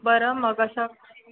बरं मग